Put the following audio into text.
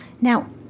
now